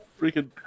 freaking